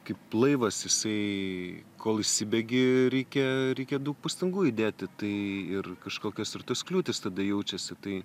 kaip laivas jisai kol įsibėgi reikia reikia daug pastangų įdėti tai ir kažkokios ir tos kliūtys tada jaučiasi tai